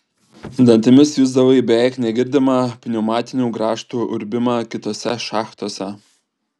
dantimis jusdavai beveik negirdimą pneumatinių grąžtų urbimą kitose šachtose